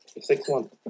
Six-one